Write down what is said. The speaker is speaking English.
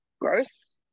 gross